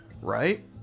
right